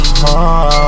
heart